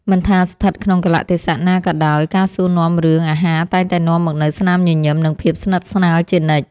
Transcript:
មិនថាស្ថិតក្នុងកាលៈទេសៈណាក៏ដោយ ការសួរនាំរឿងអាហារតែងតែនាំមកនូវស្នាមញញឹម និងភាពស្និទ្ធស្នាលជានិច្ច។